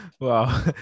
Wow